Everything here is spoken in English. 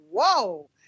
whoa